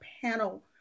panel